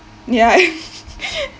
ya